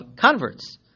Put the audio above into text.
converts